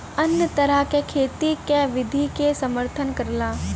अन्य तरह क खेती क विधि के समर्थन करला